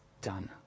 done